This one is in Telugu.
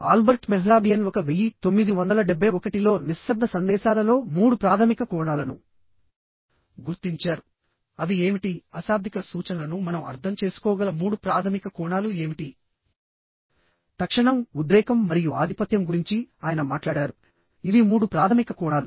ఆల్బర్ట్ మెహ్రాబియన్ 1971 లో నిశ్శబ్ద సందేశాలలో మూడు ప్రాధమిక కోణాలను గుర్తించారుఅవి ఏమిటిఅశాబ్దిక సూచనలను మనం అర్థం చేసుకోగల మూడు ప్రాధమిక కోణాలు ఏమిటి తక్షణంఉద్రేకం మరియు ఆధిపత్యం గురించి ఆయన మాట్లాడారుఇవి మూడు ప్రాథమిక కోణాలు